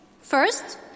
First